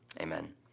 amen